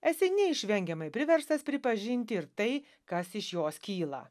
esi neišvengiamai priverstas pripažinti ir tai kas iš jos kyla